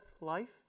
life